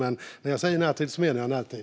Men när jag säger närtid menar jag närtid.